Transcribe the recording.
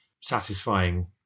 satisfying